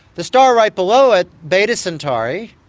the star right below it, beta centauri,